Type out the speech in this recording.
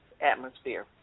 atmosphere